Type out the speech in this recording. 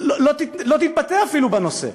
לא תתבטא אפילו בנושא,